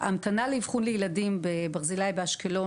ההמתנה לאבחון לילדים בברזילי באשקלון